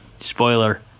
Spoiler